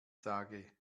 sage